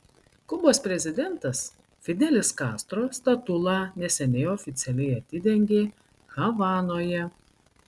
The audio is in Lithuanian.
kubos prezidentas fidelis kastro statulą neseniai oficialiai atidengė havanoje